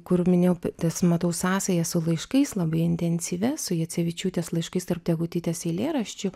kur minėjau tas matau sąsajas su laiškais labai intensyvias su jacevičiūtės laiškais tarp degutytės eilėraščių